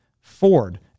Ford